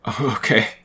Okay